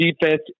defense